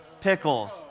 Pickles